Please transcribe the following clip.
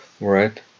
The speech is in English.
Right